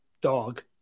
Dog